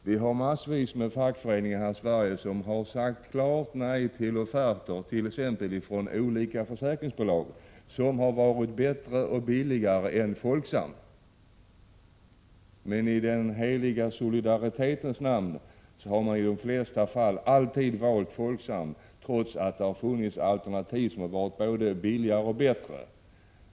Vi har massvis med fackföreningar i Sverige som har sagt klart nej till offerter från t.ex. olika försäkringsbolag som har varit bättre och billigare än Folksam. Men i den heliga solidaritetens namn har man i de flesta fallen alltid valt Folksam, trots att det har funnits alternativ som har varit både billigare och bättre.